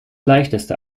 leichteste